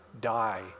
die